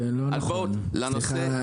זה לא נכון, סליחה.